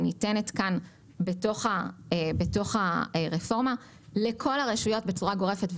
ניתנת כאן בתוך הרפורמה לכל הרשויות בצורה גורפת.